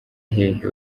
hehe